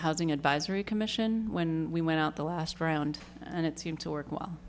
housing advisory commission when we went out the last round and it seemed to work well